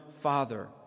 father